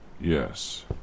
Yes